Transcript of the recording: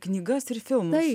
knygas ir filmus